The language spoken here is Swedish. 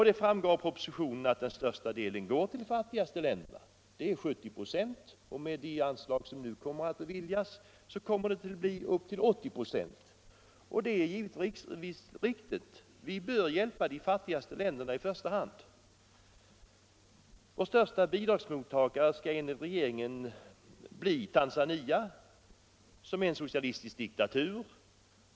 Det framgår också av propositionen att den största delen av hjälpen går till de fattigaste länderna, nämligen 70 96. Med de anslag som nu beviljas kommer andelen att gå upp till 80 96. Detta är givetvis riktigt. Vi bör hjälpa de fattigaste länderna i första hand. Vår största bidragsmottagare skall enligt regeringen bli Tanzania, som är en socialistisk diktatur.